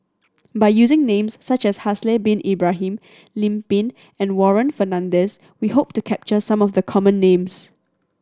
by using names such as Haslir Bin Ibrahim Lim Pin and Warren Fernandez we hope to capture some of the common names